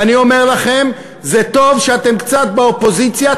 ואני אומר לכם: זה טוב שאתם קצת באופוזיציה,